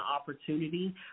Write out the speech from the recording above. opportunity